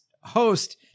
host